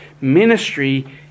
ministry